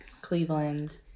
Cleveland